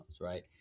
right